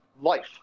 life